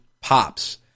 Pops